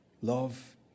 love